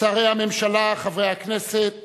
שרי הממשלה, חברי הכנסת